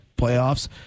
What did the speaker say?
playoffs